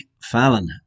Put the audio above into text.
Fallon